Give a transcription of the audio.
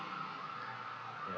ya